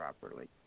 properly